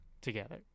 together